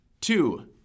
Two